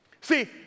See